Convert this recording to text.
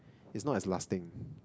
it's not as lasting